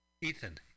Ethan